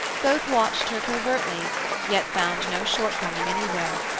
both watched her covertly yet found no shortcoming anywhere.